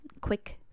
quick